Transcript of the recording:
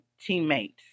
teammates